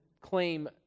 claim